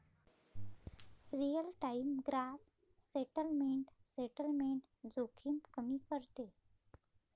real time gross settlement settlement जोखीम कमी करते